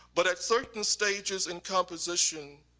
but at certain stages in composition,